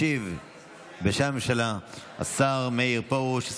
ישיב בשם הממשלה השר מאיר פרוש,